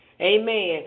Amen